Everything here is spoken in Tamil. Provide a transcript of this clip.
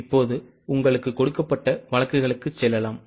இப்போது உங்களுக்கு கொடுக்கப்பட்ட வழக்குக்கு செல்லலாம்